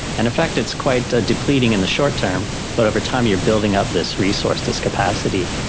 and in fact it's quite depleting in the short term but over time you're building up this resource, this capacity.